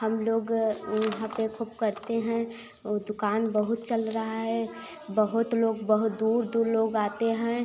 हम लोग वहाँ पर खूब करते हैं ओ दुकान बहुत चल रहा है बहुत लोग बहुत दूर दूर लोग आते हैं